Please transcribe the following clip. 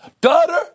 Daughter